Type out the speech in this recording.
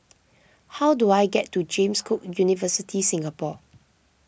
how do I get to James Cook University Singapore